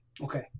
Okay